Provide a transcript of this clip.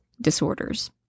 disorders